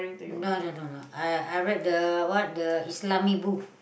no no no no I I read the what the Islamic book